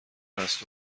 هست